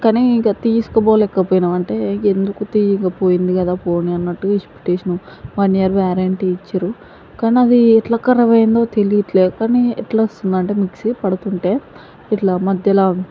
కానీ ఇంకా తీసుకోలేకపోయాము అంటే ఎందుకు తీ ఇంకా పోయింది కదా పోనీ అనట్టుగా విడిచి పెట్టేసినాము వన్ ఇయర్ వ్యారెంటీ ఇచ్చారు కానీ అది ఎట్లా ఖరాబ్ అయ్యిందో తెలియట్లే కానీ ఎట్లా వస్తుందంటే మిక్సీ పడుతుంటే ఇట్లా మధ్యలో